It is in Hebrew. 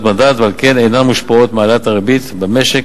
מדד ועל כן אינן מושפעות מהעלאת הריבית במשק,